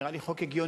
נראה לי החוק הגיוני.